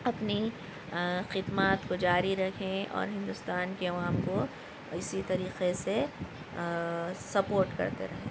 اپنی خدمات کو جاری رکھیں اور ہندوستان کی عوام کو اسی طریقے سے سپورٹ کرتے رہیں